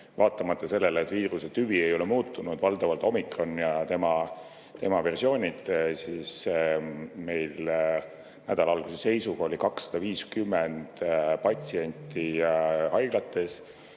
Vaatamata sellele, et viiruse tüvi ei ole muutunud, valdavalt [levivad] omikron ja tema versioonid, oli meil nädala alguse seisuga 250 patsienti haiglates